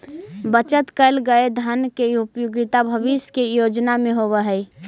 बचत कैल गए धन के उपयोगिता भविष्य के योजना में होवऽ हई